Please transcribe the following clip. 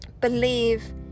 believe